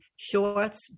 shorts